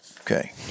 Okay